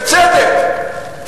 בצדק,